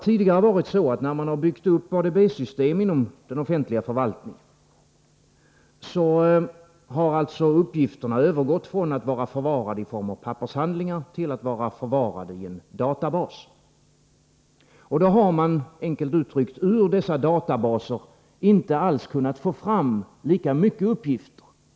När man byggt upp ADB-system inom den offentliga förvaltningen har uppgifterna övergått från att vara förvarade i form av pappershandlingar till att vara förvarade i en databas. Då har man, enkelt uttryckt, ur dessa databaser inte alls kunnat få fram lika mycket uppgifter.